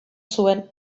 zuen